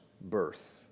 birth